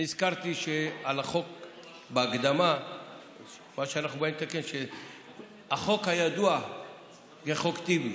אני הזכרתי בהקדמה על החוק שהחוק היה ידוע כ"חוק טיבי".